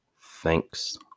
Thanks